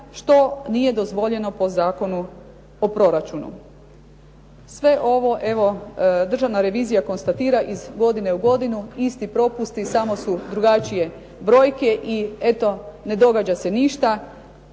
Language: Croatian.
što nije dozvoljeno po Zakonu o proračunu. Sve ovo evo Državna revizija konstatira iz godine u godinu, isti propusti, samo su drugačije brojke i eto ne događa se ništa.